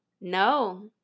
No